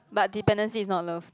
but dependency is not love